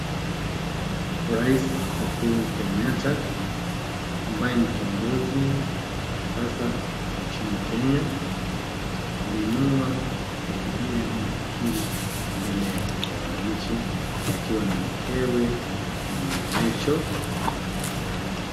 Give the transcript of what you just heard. Rais Uhuru Kenyatta ambaye ni kiongozi sasa nchini Kenya aliinua Bibilia na kukiri mbele ya wananchi akiwa na mkewe Bi. Rachael.